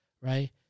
right